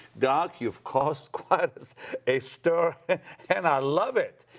doc, you've caused quite a stir and i love it!